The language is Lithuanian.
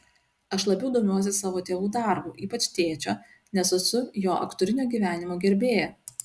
aš labiau domiuosi savo tėvų darbu ypač tėčio nes esu jo aktorinio gyvenimo gerbėja